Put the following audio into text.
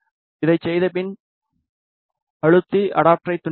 இதைச் செய்தபின் அழுத்தி அடாப்டரைத் துண்டிக்கவும்